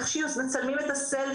איך שהם מצלמים את ה'סלפי',